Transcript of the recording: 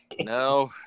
No